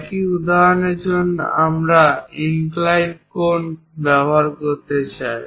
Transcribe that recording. একই উদাহরণের জন্য যদি আমি ইনক্লাইন্ড কোণ ব্যবহার করতে চাই